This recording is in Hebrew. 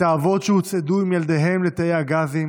את האבות שהוצעדו עם ילדיהם לתאי הגזים